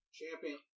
champion